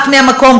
אני לא יכולה.